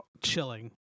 chilling